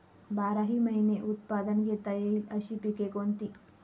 बाराही महिने उत्पादन घेता येईल अशी पिके कोणती?